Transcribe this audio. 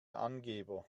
angeber